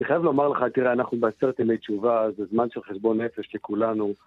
אני חייב לומר לך, תראה, אנחנו בעשרת ימי תשובה, זה זמן של חשבון נפש לכולנו.